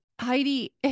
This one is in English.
Heidi